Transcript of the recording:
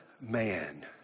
man